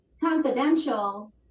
confidential